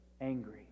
angry